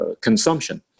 consumption